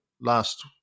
last